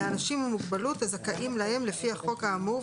לאנשים עם מוגבלות הזכאים להם לפי החוק האמור,